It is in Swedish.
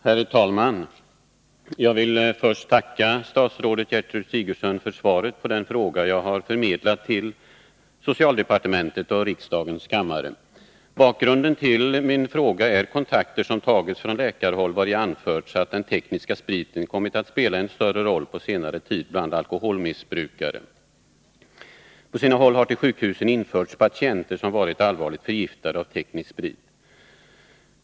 Herr talman! Jag vill först tacka statsrådet Gertrud Sigurdsen för svaret på den fråga jag har förmedlat till socialdepartementet och riksdagens kammare. Bakgrunden till min fråga är kontakter som tagits från läkarhåll, vari anförts att den tekniska spriten på senare tid kommit att spela en större roll bland alkoholmissbrukare. På sina håll har till sjukhusen införts patienter som varit allvarligt förgiftade av teknisk sprit.